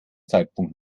zeitpunkt